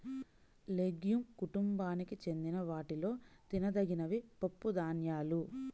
legume కుటుంబానికి చెందిన వాటిలో తినదగినవి పప్పుధాన్యాలు